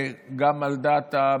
יחד עם זאת,